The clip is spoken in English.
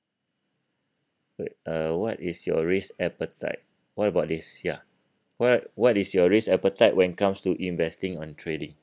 wait uh what is your risk appetite what about this ya what what is your risk appetite when comes to investing on trading